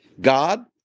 God